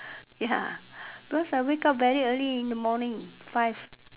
ya because I wake up very early in the morning five